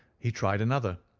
he tried another,